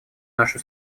нашу